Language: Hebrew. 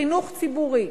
חינוך ציבורי,